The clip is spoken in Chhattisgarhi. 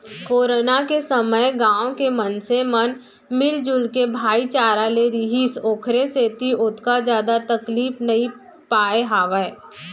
कोरोना के समे गाँव के मनसे मन मिलजुल के भाईचारा ले रिहिस ओखरे सेती ओतका जादा तकलीफ नइ पाय हावय